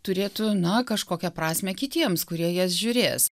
turėtų na kažkokią prasmę kitiems kurie jas žiūrės